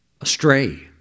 astray